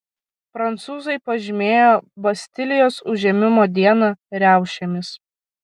prancūzai pažymėjo bastilijos užėmimo dieną riaušėmis